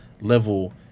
level